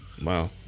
Wow